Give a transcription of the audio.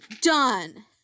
Done